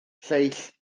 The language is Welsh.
lleill